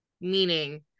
meaning